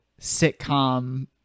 sitcom